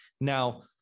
Now